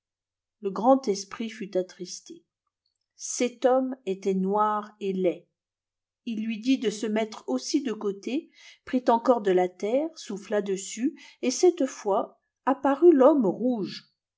le grand esprit fut attristé cet homme était noir et laid il lui dit de se mettre aussi de côté prit encore de la terre souffla dessus et cette fois apparut l'iiomme rouge